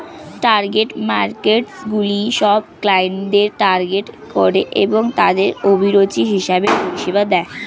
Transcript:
target মার্কেটসগুলি সব ক্লায়েন্টদের টার্গেট করে এবং তাদের অভিরুচি হিসেবে পরিষেবা দেয়